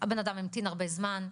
בן-האדם המתין הרבה זמן.